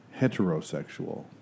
heterosexual